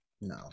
No